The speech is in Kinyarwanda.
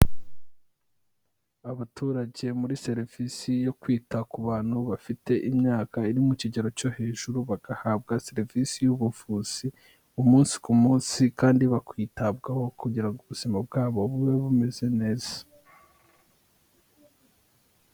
Abaturage muri serivisi yo kwita ku bantu bafite imyaka iri mu kigero cyo hejuru bagahabwa serivisi y'ubuvuzi, umunsi ku munsi kandi bakitabwaho kugira ngo ubuzima bwabo bube bumeze neza.